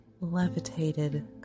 levitated